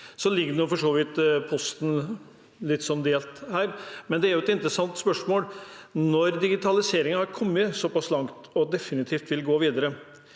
ligger for så vidt litt delt her, men det er jo et interessant spørsmål. Når digitaliseringen har kommet såpass langt og definitivt vil gå videre,